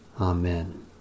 Amen